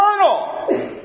eternal